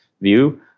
view